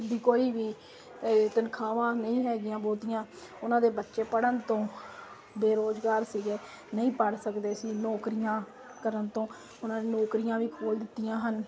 ਦੀ ਕੋਈ ਵੀ ਤਨਖਾਵਾਂ ਨਹੀਂ ਹੈਗੀਆਂ ਬਹੁਤੀਆਂ ਉਹਨਾਂ ਦੇ ਬੱਚੇ ਪੜ੍ਹਨ ਤੋਂ ਬੇਰੋਜ਼ਗਾਰ ਸੀਗੇ ਨਹੀਂ ਪੜ ਸਕਦੇ ਸੀ ਨੌਕਰੀਆਂ ਕਰਨ ਤੋਂ ਉਹਨਾਂ ਨੇ ਨੌਕਰੀਆਂ ਵੀ ਖੋਲ ਦਿੱਤੀਆਂ ਹਨ